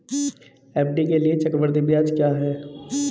FD के लिए चक्रवृद्धि ब्याज क्या है?